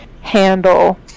handle